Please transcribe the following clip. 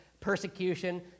persecution